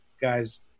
guys –